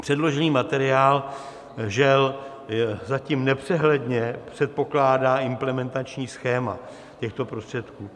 Předložený materiál, žel, zatím nepřehledně předpokládá implementační schéma těchto prostředků.